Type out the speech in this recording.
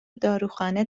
داروخونه